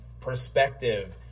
perspective